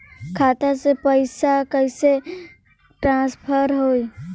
खाता से पैसा कईसे ट्रासर्फर होई?